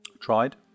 Tried